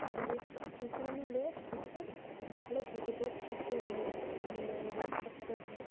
তার পরে টিকা নিলে ওদের ভালো থাকে রোগটা কম হয় ভ্যাকসিন নিলে ওই রোগটা কম হয়